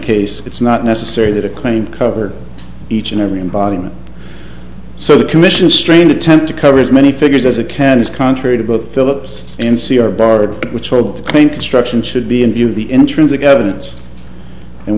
case it's not necessary to claim cover each and every body so the commission strain attempt to cover as many figures as a can is contrary to both philips and see are barred which old paint construction should be in view of the intrinsic evidence and